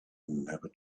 never